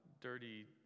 dirty